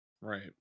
Right